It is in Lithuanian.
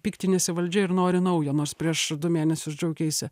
piktiniesi valdžia ir nori naujo nors prieš du mėnesius džiaugeisi